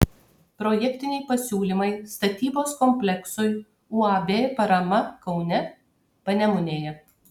projektiniai pasiūlymai statybos kompleksui uab parama kaune panemunėje